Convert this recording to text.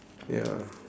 ya